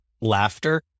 laughter